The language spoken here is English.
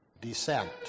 descent